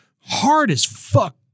hard-as-fuck